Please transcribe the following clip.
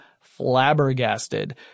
flabbergasted